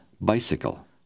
Bicycle